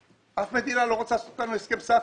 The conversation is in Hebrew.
אף מדינה לא רוצה לעשות אתנו הסכם סחר.